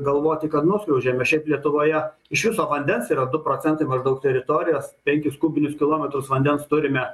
galvoti kad nuskriaudžiame šiaip lietuvoje iš viso vandens yra du procentai maždaug teritorijos penkis kubinius kilometrus vandens turime